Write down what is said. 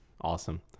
Awesome